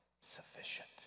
sufficient